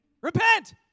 Repent